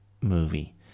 movie